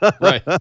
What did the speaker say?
Right